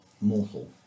mortal